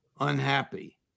unhappy